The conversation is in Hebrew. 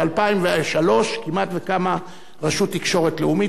ב-2003 כמעט שקמה רשות תקשורת לאומית.